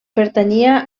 pertanyia